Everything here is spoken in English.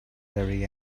very